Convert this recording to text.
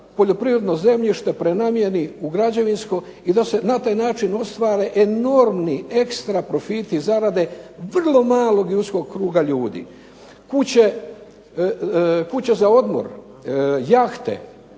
poljoprivredno zemljište prenamjeni u građevinsko i da se na taj način ostvare enormni ekstra profiti zarade vrlo malog i uskog kruga ljudi. Kuća za odmor, jahte,